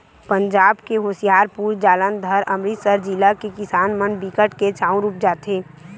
पंजाब के होसियारपुर, जालंधर, अमरितसर जिला के किसान मन बिकट के चाँउर उपजाथें